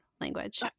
language